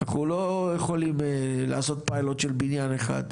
אנחנו לא יכולים לעשות פיילוט של בניין אחד,